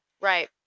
right